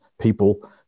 people